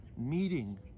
meeting